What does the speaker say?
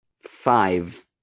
five